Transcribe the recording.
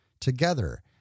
together